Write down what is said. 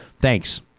Thanks